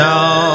Now